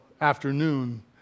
afternoon